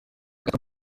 gato